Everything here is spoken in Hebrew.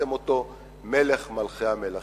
עשיתם אותו מלך מלכי המלכים.